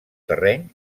terreny